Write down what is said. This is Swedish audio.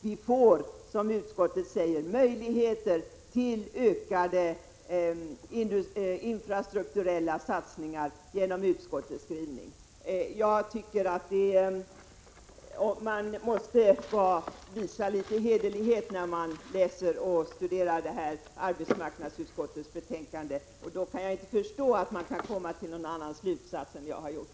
Vi får genom utskottets skrivning möjligheter till ökade infrastrukturella satsningar. Man måste visa litet hederlighet, när man läser och studerar arbetsmarknadsutskottets betänkande. Då kan jag inte förstå att man kan komma till någon annan slutsats än jag har gjort.